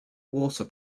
water